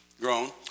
grown